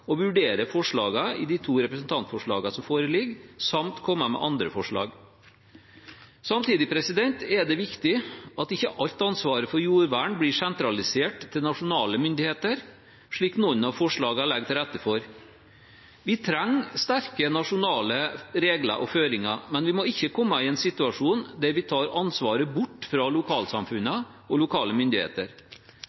å vurdere forslagene i de to representantforslagene som foreligger, samt komme med andre forslag. Samtidig er det viktig at ikke alt ansvaret for jordvern blir sentralisert til nasjonale myndigheter, slik noen av forslagene legger til rette for. Vi trenger sterke nasjonale regler og føringer, men vi må ikke komme i en situasjon der vi tar ansvaret bort fra